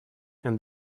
and